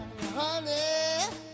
honey